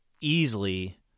easily